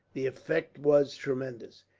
the effect was tremendous.